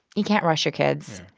you can't rush your kids.